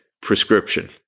prescription